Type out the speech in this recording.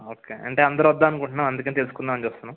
okay అందరు వద్దాము అనుకుంటున్నాము అందుకని తెలుసుకుందాము అని చూస్తున్నము